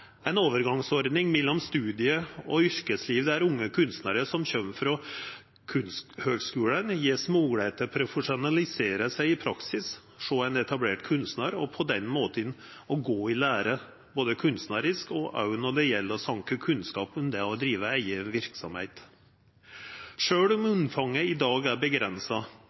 overgangsordning mellom studium og yrkesliv der unge kunstnarar som kjem frå kunsthøgskulane, får moglegheit til å profesjonalisera seg i praksis hjå ein etablert kunstnar og på den måten gå i lære, både kunstnarisk og når det gjeld å sanka kunnskap om det å driva eiga verksemd. Sjølv om omfanget i dag er